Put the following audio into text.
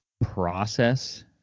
process